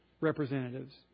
representatives